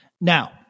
Now